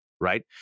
right